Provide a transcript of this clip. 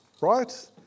right